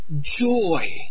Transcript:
joy